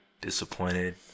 Disappointed